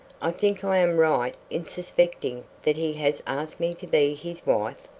i think i am right in suspecting that he has asked me to be his wife.